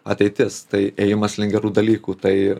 ateitis tai ėjimas link gerų dalykų tai